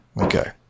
okay